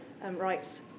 rights